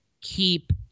keep